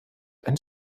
einen